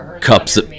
cups